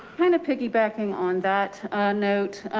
kind of piggybacking on that note.